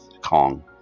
Kong